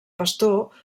pastor